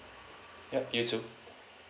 ya you too